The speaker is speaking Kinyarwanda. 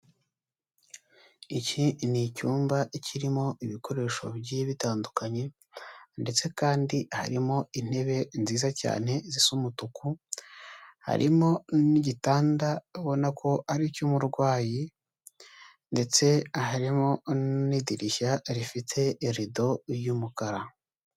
Iki ni icyumba kirimo ibikoresho bigiye bitandukanye ndetse kandi harimo intebe nziza cyane zisa umutuku, harimo n'igitanda abona ko ari icy'umurwayi ndetse harimo n'idirishya rifite irido ry'umukara.